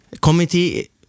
Committee